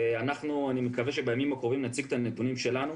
ואנחנו אני מקווה בימים הקרובים נציג את הנתונים שלנו.